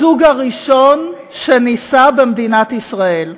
הזוג הראשון שנישא במדינת ישראל.